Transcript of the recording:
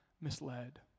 misled